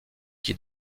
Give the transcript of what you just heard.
qui